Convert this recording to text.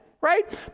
right